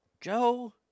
Joe